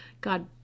God